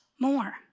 more